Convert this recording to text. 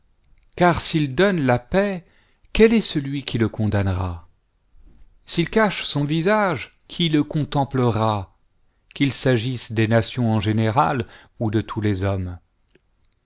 car s'il donne la paix quel est celui qui le condamnera s'il cache son visage qui le contemplera qu'il s'agisse des nations en général ou de tous les hommes